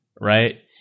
Right